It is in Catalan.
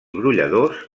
brolladors